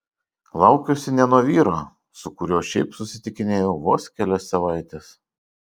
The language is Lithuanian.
laukiuosi ne nuo vyro su kuriuo šiaip susitikinėjau vos kelias savaites